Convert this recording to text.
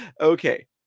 Okay